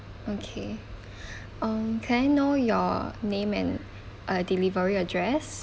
okay um can I know your name and uh delivery address